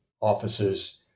offices